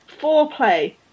Foreplay